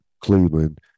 Cleveland